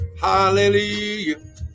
Hallelujah